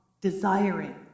desiring